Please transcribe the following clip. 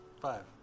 Five